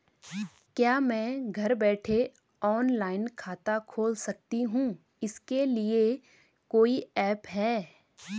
क्या मैं घर बैठे ऑनलाइन खाता खोल सकती हूँ इसके लिए कोई ऐप है?